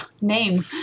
name